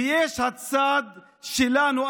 ויש הצד שלנו,